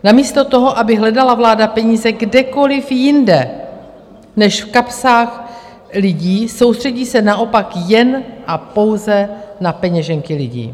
Namísto toho, aby hledala vláda peníze kdekoliv jinde než v kapsách lidí, soustředí se naopak jen a pouze na peněženky lidí.